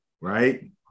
right